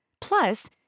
Plus